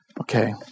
Okay